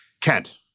Kent